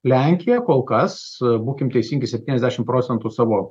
lenkija kol kas būkim teisingi septyniasdešim procentų savo